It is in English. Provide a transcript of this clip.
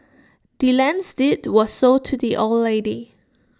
the land's deed was sold to the old lady